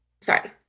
sorry